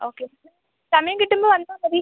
okay സമയം കിട്ടുമ്പോൾ വന്നാൽ മതി